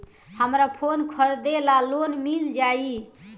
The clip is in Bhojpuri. हमरा फोन खरीदे ला लोन मिल जायी?